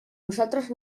nosaltres